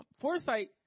foresight